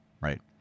right